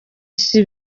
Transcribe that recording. isi